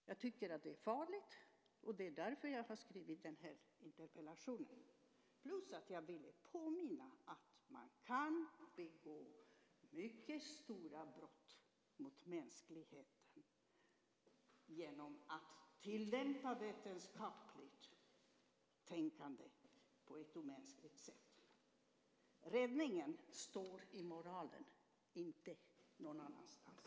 Jag tycker att det är farligt, och det är därför jag har skrivit den här interpellationen, plus att jag ville påminna om att man kan begå mycket allvarliga brott mot mänskligheten genom att tillämpa vetenskapligt tänkande på ett omänskligt sätt. Räddningen står i moralen, inte någon annanstans.